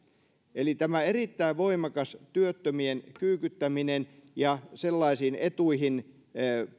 eli tämä erittäin voimakas työttömien kyykyttäminen ja sellaisiin etuihin